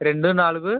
రెండు నాలుగు